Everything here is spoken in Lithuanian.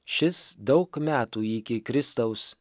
šis daug metų iki kristaus